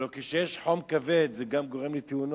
הלוא כשיש חום כבד זה גם גורם לתאונות.